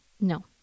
No